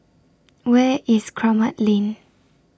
Where IS Kramat Lane